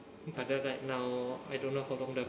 but then right now I don't know how long the